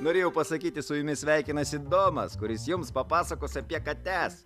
norėjau pasakyti su jumis sveikinasi domas kuris jums papasakos apie kates